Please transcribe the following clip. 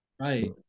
Right